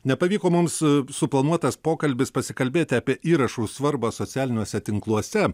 nepavyko mums suplanuotas pokalbis pasikalbėti apie įrašų svarbą socialiniuose tinkluose